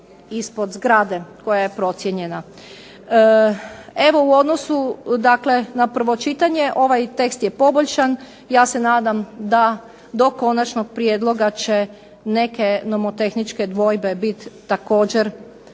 ispod zgrade koja je procijenjena. Evo u odnosu dakle na prvo čitanje ovaj tekst je poboljšan, ja se nadam da do konačnog prijedloga će neke nomotehničke dvojbe biti također